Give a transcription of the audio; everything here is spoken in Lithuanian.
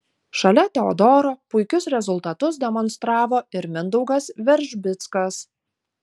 šalia teodoro puikius rezultatus demonstravo ir mindaugas veržbickas